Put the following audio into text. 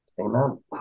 Amen